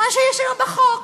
מה שיש היום בחוק: